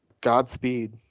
Godspeed